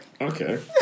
Okay